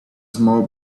small